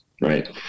right